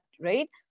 right